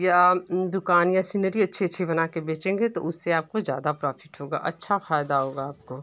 या दुकान या सिनरी अच्छी अच्छी बना कर बेचेंगे तो उससे आपको ज़्यादा प्राफिट होगा अच्छा फायदा होगा आपको